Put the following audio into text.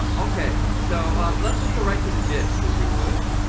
um ok, so um let's just go right to the disk if you would,